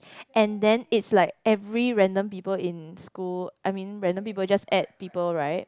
and then it's like every random people in school I mean random people just add people right